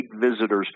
visitors